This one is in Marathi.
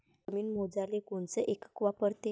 जमीन मोजाले कोनचं एकक वापरते?